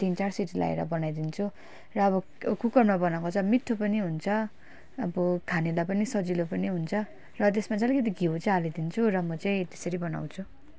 तिन चार सिटी लाएर बनाइदिन्छु र अब कुकरमा बनाएको चाहिँ मिठो पनि हुन्छ अब खानेलाई पनि सजिलो पनि हुन्छ र त्यसमा चाहिँ अलिकति घिउ चाहिँ हालिदिन्छु र म चाहिँ त्यसरी बनाउँछु